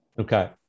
okay